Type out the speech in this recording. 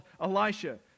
Elisha